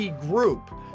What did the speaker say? group